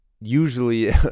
usually